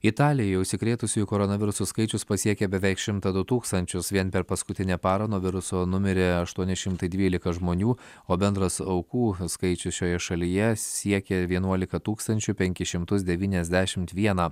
italijoje užsikrėtusiųjų koronavirusu skaičius pasiekė beveik šimtą du tūkstančius vien per paskutinę parą nuo viruso numirė aštuoni šimtai dvylika žmonių o bendras aukų skaičius šioje šalyje siekė vienuoliką tūkstančių penkis šimtus devyniasdešimt vieną